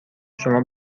شما